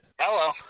Hello